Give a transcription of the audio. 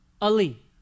Ali